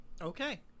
Okay